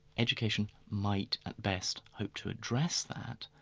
education might at best hope to address that,